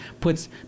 puts